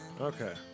Okay